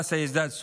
המצב יחמיר,